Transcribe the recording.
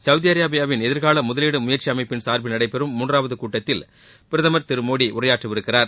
Saudi அரேபியாவின் எதிர்னல முதலீடு முயற்சி அமைப்பின் சார்பில் நடைபெறும் மூன்றாவது கூட்டத்தில் பிரதமர் மோடி உரையாற்றவிருக்கிறார்